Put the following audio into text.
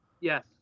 Yes